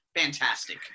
Fantastic